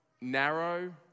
narrow